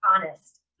Honest